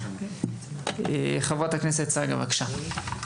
חברת הכנסת צגה, בבקשה.